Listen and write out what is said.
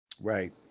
Right